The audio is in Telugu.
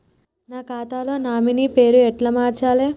నా ఖాతా లో నామినీ పేరు ఎట్ల మార్చాలే?